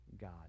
God